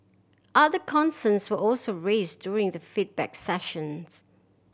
other concerns were also raised during the feedback sessions